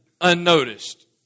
unnoticed